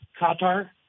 Qatar